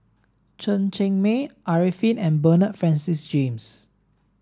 Chen Cheng Mei Arifin and Bernard Francis James